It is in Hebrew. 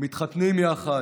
מתחתנים יחד,